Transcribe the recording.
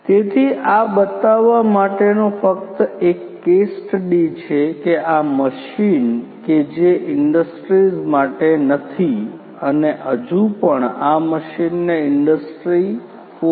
તેથી આ બતાવવા માટેનો ફક્ત એક કેસ સ્ટડી છે કે આ મશીન કે જે ઇન્ડસ્ટ્રીસ માંટે નથી અને હજુ પણ આ મશીનને ઇન્ડસ્ટ્રી ૪